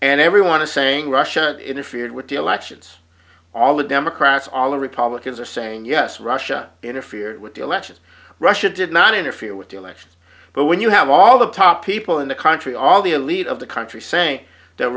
and everyone to saying russia interfered with the elections all the democrats all the republicans are saying yes russia interfered with the elections russia did not interfere with the elections but when you have all the top people in the country all the elite of the country saying that